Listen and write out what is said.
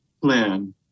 plan